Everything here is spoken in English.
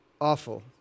awful